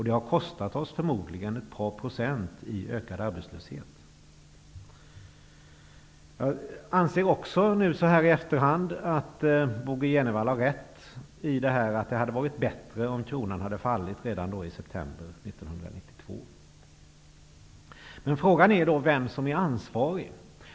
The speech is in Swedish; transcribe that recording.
Det har förmodligen kostat oss ett par procent i ökad arbetslöshet. Så här i efterhand anser jag att Bo G Jenevall har rätt i att det hade varit bättre om kronan hade fallit redan i september Frågan är vem som är ansvarig.